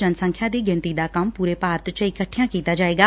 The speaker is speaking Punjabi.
ਜਨਸੰਖਿਆ ਦੀ ਗਿਣਤੀ ਦਾ ਕੰਮ ਪੁਰੇ ਭਾਰਤ ਚ ਇਕੱਠਿਆ ਕੀਤਾ ਜਾਏਗਾ